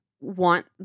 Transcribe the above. want